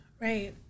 Right